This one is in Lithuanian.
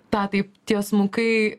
tą taip tiesmukai